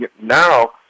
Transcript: Now